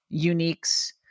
uniques